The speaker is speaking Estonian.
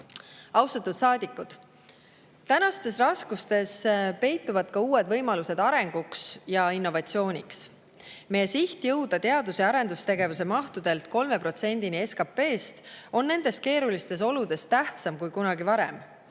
Austatud saadikud! Tänastes raskustes peituvad ka uued võimalused arenguks ja innovatsiooniks. Meie siht jõuda teadus‑ ja arendustegevuse mahtudelt 3%‑ni SKP‑st on nendes keerulistes oludes tähtsam kui kunagi varem.